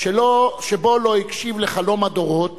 שבו לא הקשיב לחלום הדורות